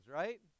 right